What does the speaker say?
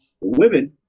women